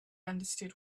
understood